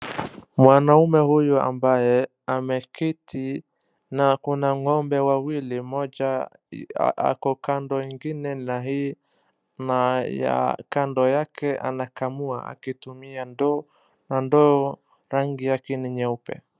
Mwanaume huyu ambaye ameketi na akona ng'ombe wawili mmoja ako pande ingine na mmoja ako pande yake anakamua akitumia ndoo na ndoo rangi yake ni nyeupe.